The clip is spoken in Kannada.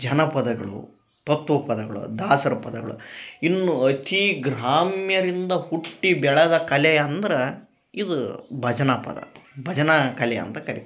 ಜನಪದಗಳು ತತ್ವ ಪದಗಳು ದಾಸರ ಪದಗಳು ಇನ್ನು ಅತೀ ಗ್ರಾಮ್ಯರಿಂದ ಹುಟ್ಟಿ ಬೆಳೆದ ಕಲೆ ಅಂದ್ರ ಇದು ಭಜನ ಪದ ಭಜನಾ ಕಲೆ ಅಂತ ಕರಿತಾರೆ